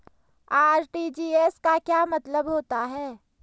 RTGS का क्या मतलब होता है?